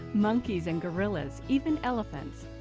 monkeys and gorillas. even elephants.